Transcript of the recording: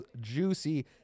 juicy